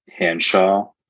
Hanshaw